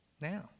now